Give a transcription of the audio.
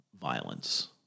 violence